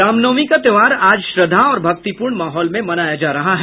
रामनवमी का त्योहार आज श्रद्धा और भक्तिपूर्ण माहौल में मनाया जा रहा है